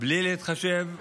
בלי להתחשב בילדים,